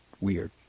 weird